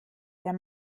der